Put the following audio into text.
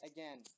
Again